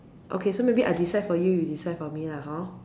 okay so maybe I decide for you you decide for me lah hor